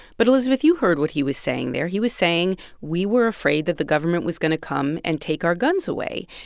but, elizabeth, you heard what he was saying there. he was saying we were afraid that the government was going to come and take our guns away.